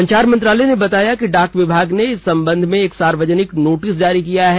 संचार मंत्रालय ने बताया है कि डाक विभाग ने इस संबंध में एक सार्वजनिक नोटिस जारी किया है